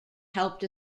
helped